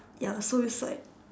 ya so it's like